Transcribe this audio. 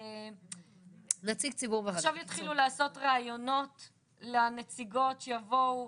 שעכשיו יתחילו לעשות ראיונות לנציגות שיבואו,